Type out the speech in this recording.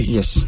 Yes